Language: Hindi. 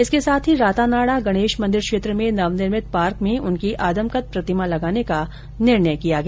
इसके साथ ही रातानाडा गणेश मन्दिर क्षेत्र में नवनिर्मित पार्क में उनकी आदमकद प्रतिमा लगाने का निर्णय किया गया